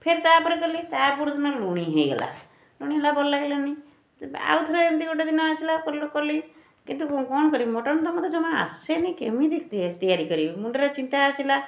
ଫେରେ ତା'ପରେ କଲି ତା' ପରଦିନ ଲୁଣି ହେଇଗଲା ଲୁଣି ହେଲା ଭଲ ଲାଗିଲାନି ତେବେ ଆଉଥରେ ଏମିତି ଗୋଟେଦିନ ଆସିଲା କଲି କିନ୍ତୁ କ'ଣ କରିବି ମଟନ୍ ତ ମୋତେ ଜମା ଆସେନି କେମିତି ତିଆରି କରିବି ମୁଣ୍ଡରେ ଚିନ୍ତା ଆସିଲା